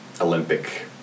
Olympic